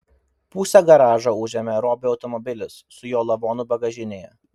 pusę garažo užėmė robio automobilis su jo lavonu bagažinėje